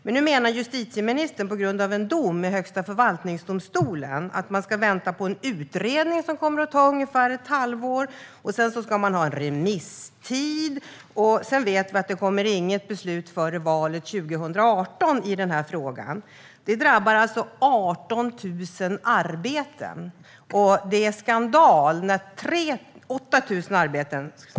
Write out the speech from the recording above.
Men nu menar justitieministern på grund av en dom i Högsta förvaltningsdomstolen att man ska vänta på en utredning som kommer att ta ungefär ett halvår, och sedan ska man ha en remisstid. Vi vet att det inte kommer något beslut i den här frågan före valet 2018. Detta drabbar alltså 8 000 arbeten.